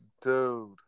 Dude